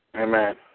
Amen